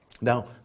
Now